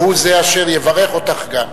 והוא זה אשר יברך אותך גם.